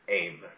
aim